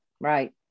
Right